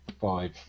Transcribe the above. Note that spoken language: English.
Five